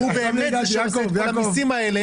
שהוא שקובע את המיסים האלה,